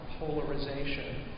Polarization